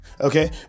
Okay